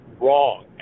wrong